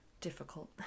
difficult